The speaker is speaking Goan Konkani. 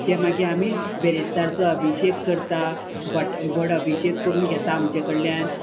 ते मागी आमी बेरेस्तारचो अभिशेक करता बट बड अभिशेक करून घेता आमचे कडल्यान